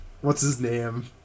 What's-his-name